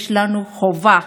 יש לנו חובה,